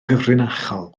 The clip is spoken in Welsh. gyfrinachol